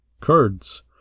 Kurds